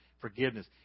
forgiveness